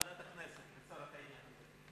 יושב-ראש ועדת הכנסת, לצורך העניין.